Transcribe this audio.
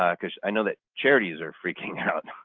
ah because i know that charities are freaking out.